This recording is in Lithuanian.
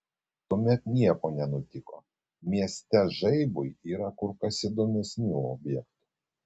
tuomet nieko nenutiko mieste žaibui yra kur kas įdomesnių objektų